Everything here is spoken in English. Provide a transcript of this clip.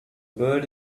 bird